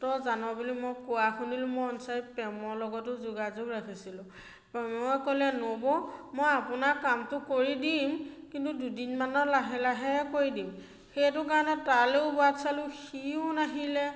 তই জান বুলি মই কোৱা শুনিলো মই অনচাৰি প্ৰেমৰ লগতো যোগাযোগ ৰাখিছিলোঁ মই ক'লে নবৌ মই আপোনাক কামটো কৰি দিম কিন্তু দুদিনমানৰ লাহে লাহেহে কৰি দিম সেইটো কাৰণে তালৈও বাট চালোঁ সিও নাহিলে